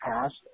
past